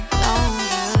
longer